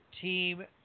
team